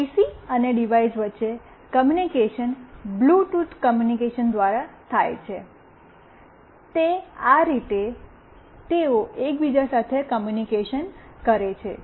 પીસી અને ડિવાઇસ વચ્ચે communication Bluetooth communication દ્વારા થાય છે તે આ રીતે તેઓ એકબીજા સાથે કૉમ્યુનિકેશન કરે છે